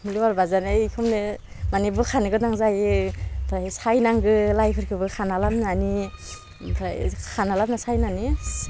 लेवार बाजानाय एखौनो मानि बोखानो गोनां जायो फ्राय साइनांगो लाइफोरखोबो खाना लाबनानि ओमफ्राय खाना लाबोना साइनानि